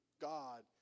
God